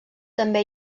també